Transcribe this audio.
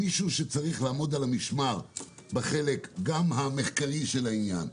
מישהו שצריך לעמוד על המשמר גם בחלק המחקרי של העניין,